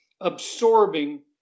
absorbing